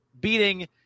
beating –